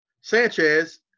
Sanchez